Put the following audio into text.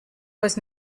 was